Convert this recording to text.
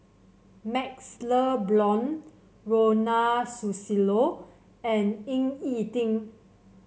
MaxLe Blond Ronald Susilo and Ying E Ding